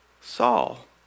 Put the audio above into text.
Saul